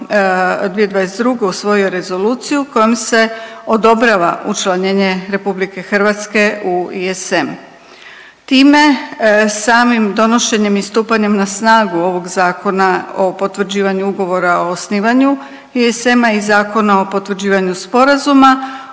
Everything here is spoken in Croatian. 2022. usvojio rezoluciju kojom se odobrava učlanjenje RH u ESM. Time samim donošenjem i stupanjem na snagu ovog Zakona o potvrđivanju Ugovora o osnivanju ESM-a i Zakona o potvrđivanju sporazuma